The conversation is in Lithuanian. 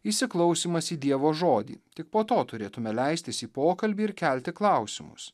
įsiklausymas į dievo žodį tik po to turėtume leistis į pokalbį ir kelti klausimus